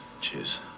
Cheers